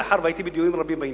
מאחר שהייתי בדיונים רבים בעניין.